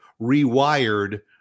rewired